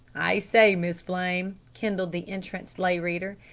i say, miss flame, kindled the entranced lay reader,